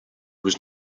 was